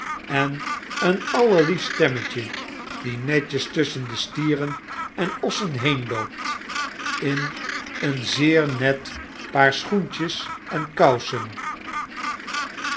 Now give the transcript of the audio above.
en een allerliefst stemmetje die netjes tusschen de stieren en ossen heenloopt in een zeer net paar schoentjes en kousen